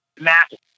massive